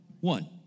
one